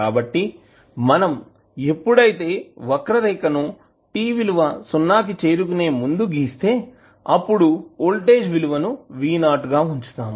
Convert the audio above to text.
కాబట్టి మనం ఎప్పుడైతే వక్ర రేఖను t విలువ సున్నా కి చేరుకునే ముందు గీస్తే అప్పుడు వోల్టేజ్ విలువను V0 గా ఉంచుతాము